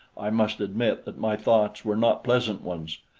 i must admit that my thoughts were not pleasant ones,